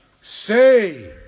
Say